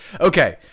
Okay